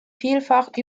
vielfach